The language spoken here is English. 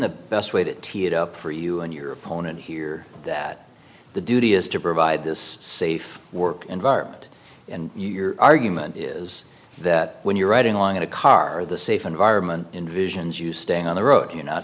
the best way to tee it up for you and your opponent here that the duty is to provide this safe work environment and your argument is that when you're riding along in a car the safe environment envisions you staying on the road you know